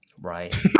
Right